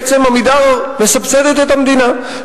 בעצם "עמידר" מסבסדת את המדינה,